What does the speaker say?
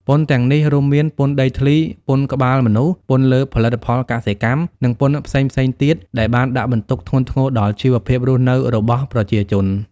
ពន្ធទាំងនេះរួមមានពន្ធដីធ្លី ពន្ធក្បាលមនុស្ស ពន្ធលើផលិតផលកសិកម្ម និងពន្ធផ្សេងៗទៀតដែលបានដាក់បន្ទុកធ្ងន់ធ្ងរដល់ជីវភាពរស់នៅរបស់ប្រជាជន។